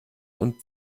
und